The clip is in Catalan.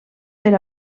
per